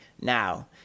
now